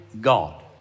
God